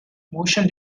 motion